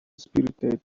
spirited